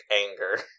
anger